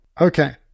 Okay